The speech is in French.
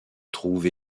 trouve